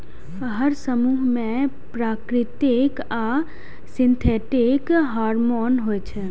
हर समूह मे प्राकृतिक आ सिंथेटिक हार्मोन होइ छै